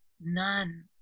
none